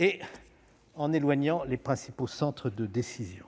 et en éloignant les principaux centres de décision